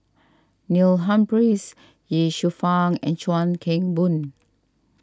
Neil Humphreys Ye Shufang and Chuan Keng Boon